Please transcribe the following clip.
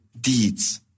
deeds